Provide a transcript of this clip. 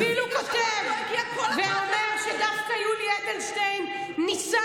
הוא אפילו כותב ואומר שדווקא יולי אדלשטיין ניסה